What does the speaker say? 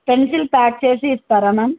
pencils pack చేసి ఇస్తారా ma'am